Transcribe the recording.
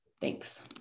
Thanks